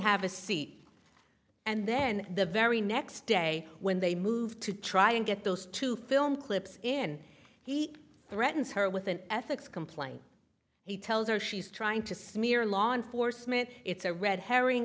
have a seat and then the very next day when they move to try and get those two film clips in he threatens her with an ethics complaint he tells her she's trying to smear law enforcement it's a red herring